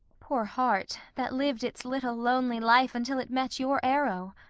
poor heart, that lived its little lonely life until it met your arrow.